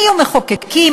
היו מחוקקים,